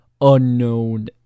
unknown